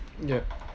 yup